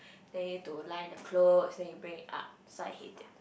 then you need to line the clothes then you bring it up so I hate it